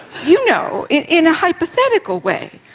you know, in a hypothetical way,